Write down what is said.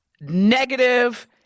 negative